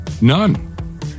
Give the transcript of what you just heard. None